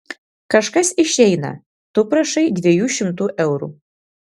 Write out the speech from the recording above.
kažkas išeina tu prašai dviejų šimtų eurų